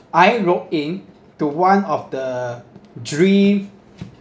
I wrote in to one of the dream